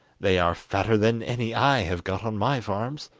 they are fatter than any i have got on my farms.